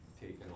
taken